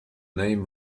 name